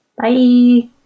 Bye